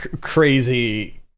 crazy